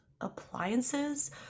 appliances